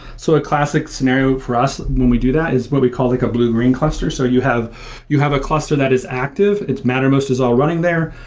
so a classic scenario for us when we do that is what we call like a blue-green cluster. so you have you have a cluster that is active and mattermost is all running there.